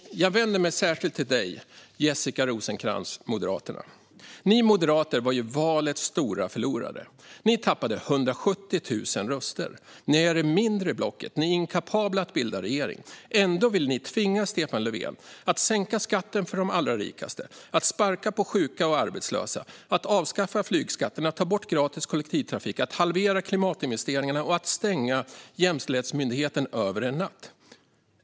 Jag vänder mig särskilt till dig, Jessica Rosencrantz, och Moderaterna. Ni moderater är ju valets stora förlorare. Ni tappade 170 000 röster. Ni är det mindre blocket. Ni är inkapabla att bilda regering. Ändå vill ni tvinga Stefan Löfven att sänka skatten för de allra rikaste, sparka på sjuka och arbetslösa, avskaffa flygskatten, ta bort gratis kollektivtrafik, halvera klimatinvesteringarna och stänga Jämställdhetsmyndigheten över en natt.